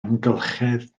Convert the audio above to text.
amgylchedd